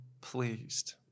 pleased